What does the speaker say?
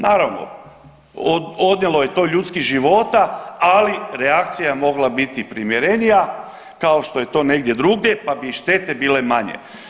Naravno, odnijelo je to ljudskih života, ali reakcija je mogla biti i primjerenija kao što je to negdje drugdje pa bi i štete bile manje.